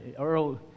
Earl